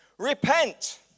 repent